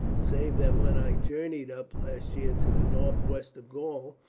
save that when i journeyed up last year to the northwest of gaul,